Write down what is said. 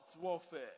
warfare